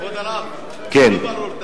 כבוד הרב, זה לא ברור.